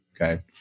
Okay